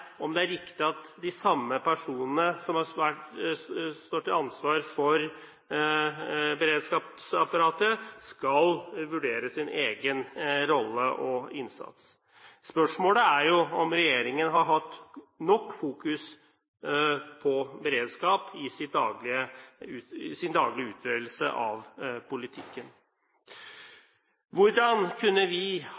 om det er riktig at de samme personene som står til ansvar for beredskapsapparatet, skal vurdere sin egen rolle og innsats. Spørsmålet er jo om regjeringen har hatt nok fokus på beredskap i sin daglige utøvelse av politikken.